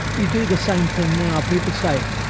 you do the same thing now, people say,